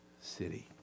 city